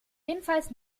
jedenfalls